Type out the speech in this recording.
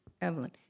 Evelyn